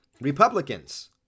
Republicans